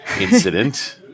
incident